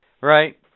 right